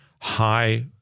high